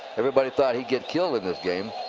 everybody thought he'd get killed in this game.